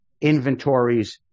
inventories